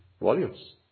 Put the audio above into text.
volumes